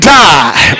die